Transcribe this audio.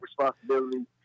responsibility